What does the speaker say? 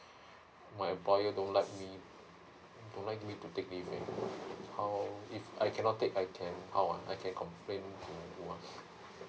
my employer don't like me don't like to take leave eh how if I cannot take I can how eh I can complain do what